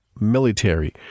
military